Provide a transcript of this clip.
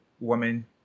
woman